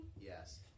Yes